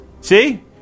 See